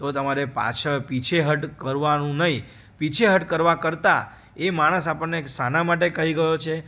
તો તમારે પાછળ પીછેઠ કરવાનું નહીં પીછેહઠ કરવા કરતાં એ માણસ આપણને એક શાના માટે કહી ગયો છે